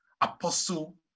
apostle